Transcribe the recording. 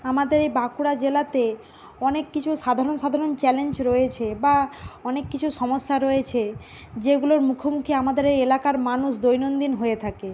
আমাদের এই বাঁকুড়া জেলাতে অনেক কিছু সাধারণ সাধারণ চ্যালেঞ্জ রয়েছে বা অনেক কিছু সমস্যা রয়েছে যেগুলোর মুখোমুখি আমাদের এই এলাকার মানুষ দৈনন্দিন হয়ে থাকে